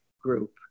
group